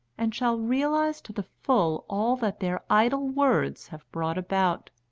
and shall realise to the full all that their idle words have brought about.